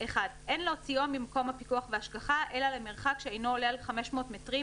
(1)אין להוציאו ממקום הפיקוח וההשגחה אלא למרחק שאינו עולה על 500 מטרים